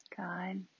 God